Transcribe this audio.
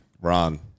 Ron